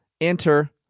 enter